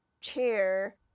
chair